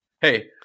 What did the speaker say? Hey